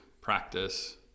practice